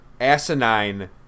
asinine